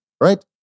right